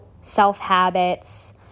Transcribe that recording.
self-habits